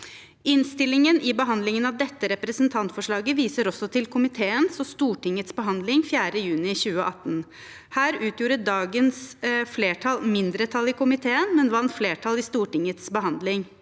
Innstillingen i behandlingen av dette representantforslaget viser også til komiteens og Stortingets behandling 4. juni 2018. Her utgjorde dagens flertall mindretallet i komiteen, men vant flertall i Stortingets behandling.